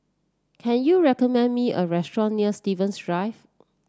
can you recommend me a restaurant near Stevens Drive